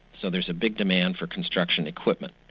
so there's a big demand for construction equipment.